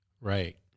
Right